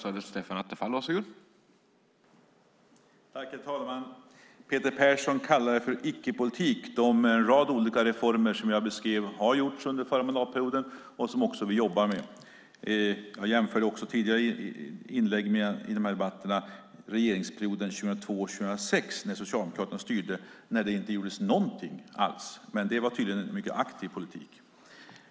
Herr talman! Peter Persson kallar det icke-politik, de olika reformer som jag beskrev har gjorts under förra mandatperioden och som vi jobbar med. Jag jämförde också tidigare inlägg i de här debatterna regeringsperioden 2002-2006, när Socialdemokraterna styrde, när det inte gjordes någonting alls. Men det var tydligen en mycket aktiv politik.